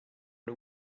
the